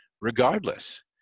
regardless